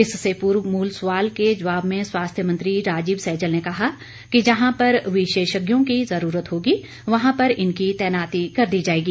इससे पूर्व मूल सवाल के जवाब में स्वास्थ्य मंत्री राजीव सैजल ने कहा कि जहां पर विशेषज्ञों की जरूरत होगी वहां पर इनकी तैनाती कर दी जाएगी